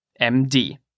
MD